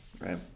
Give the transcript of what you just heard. Right